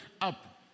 up